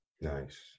Nice